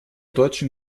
deutschen